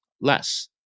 less